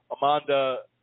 Amanda